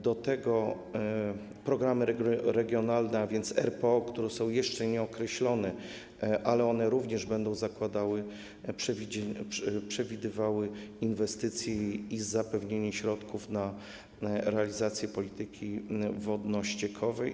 Do tego programy regionalne, a więc RPO, które są jeszcze nieokreślone, ale one również będą przewidywały inwestycje i zapewnienie środków na realizację polityki wodno-ściekowej.